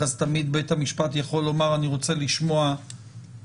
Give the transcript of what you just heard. אז תמיד בית המשפט יכול לומר: אני רוצה לשמוע עמדה.